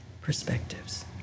perspectives